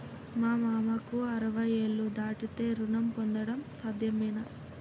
మా మామకు అరవై ఏళ్లు దాటితే రుణం పొందడం సాధ్యమేనా?